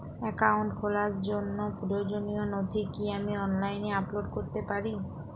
Account খোলার জন্য প্রয়োজনীয় নথি কি আমি অনলাইনে আপলোড করতে পারি?